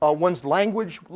ah one's language.